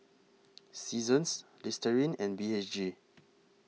Seasons Listerine and B H G